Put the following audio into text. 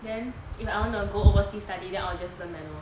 then if I want to go overseas study then I will just learn manual